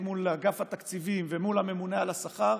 מול אגף התקציבים ומול הממונה על השכר,